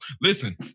Listen